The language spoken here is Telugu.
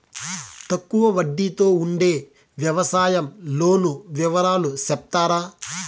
తక్కువ వడ్డీ తో ఉండే వ్యవసాయం లోను వివరాలు సెప్తారా?